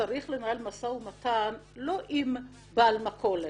צריך לנהל משא ומתן לא עם בעל מכולת,